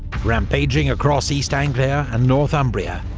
rampaging across east anglia and northumbria,